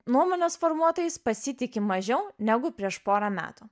nuomonės formuotojais pasitiki mažiau negu prieš porą metų